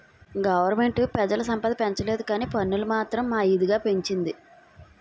government పెజల సంపద పెంచలేదుకానీ పన్నులు మాత్రం మా ఇదిగా పెంచింది